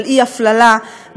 של אי-הפללה,